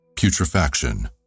Putrefaction